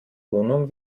wohnung